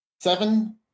seven